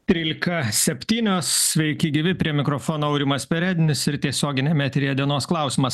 trylika septynios sveiki gyvi prie mikrofono aurimas perednis ir tiesioginiam eteryje dienos klausimas